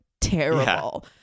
terrible